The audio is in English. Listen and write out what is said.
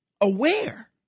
aware